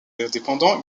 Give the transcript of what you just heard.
indépendants